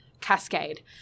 cascade